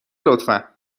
لطفا